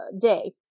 day